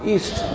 East